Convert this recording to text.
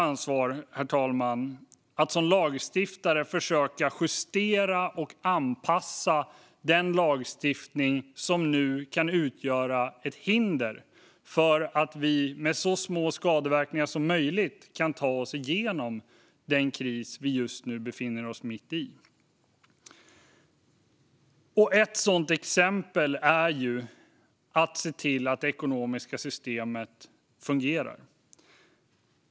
Det är vårt ansvar som lagstiftare att försöka justera och anpassa den lagstiftning som nu kan utgöra ett hinder, så att vi med så små skadeverkningar som möjligt kan ta oss igenom den kris vi befinner oss mitt i. Ett exempel är att se till att det ekonomiska systemet fungerar.